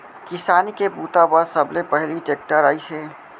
किसानी के बूता बर सबले पहिली टेक्टर आइस हे